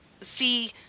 see